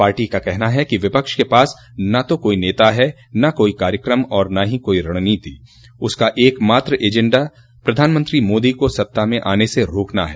party का कहना है कि विपक्ष के पास न तो कोई नेता है न कोई कार्यक्रम और न ही कोई रणनीति है उसका एक मात्र एजेंडा प्रधानमंत्री मोदी को सत्ता में आने से रोकना है